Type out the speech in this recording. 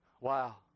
Wow